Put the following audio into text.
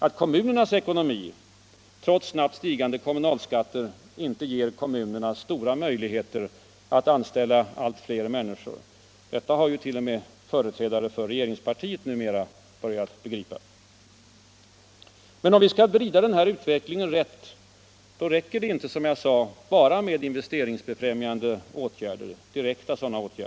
Att kommunernas ekonomi trots snabbt stigande kommunalskatter inte ger kommunerna stora möjligheter att anställa allt fler människor, detta har ju t.o.m. företrädare för regeringspartiet numera börjat begripa. Men om vi skall vrida utvecklingen rätt, räcker det, som jag sade, inte med bara direkt investeringsfrämjande åtgärder.